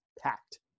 packed